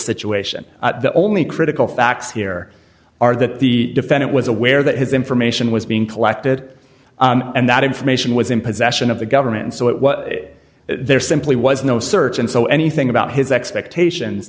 situation the only critical facts here are that the defendant was aware that his information was being collected and that information was in possession of the government so it was there simply was no search and so anything about his expectations